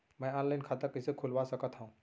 मैं ऑनलाइन खाता कइसे खुलवा सकत हव?